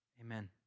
Amen